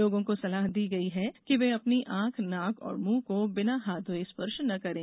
लोगों को सलाह दी गई है कि वे अपनी आंख नाक और मुंह को बिना हाथ धोये स्पर्श न करें